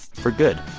for good.